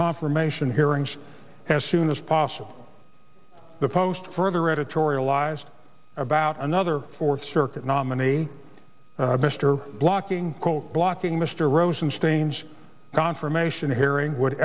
confirmation hearings as soon as possible the post further editorialized about another fourth circuit nominee mr blocking blocking mr rosen strange confirmation hearing would